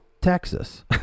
Texas